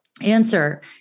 answer